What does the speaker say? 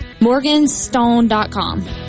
Morganstone.com